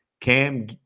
Cam